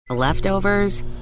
Leftovers